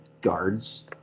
guards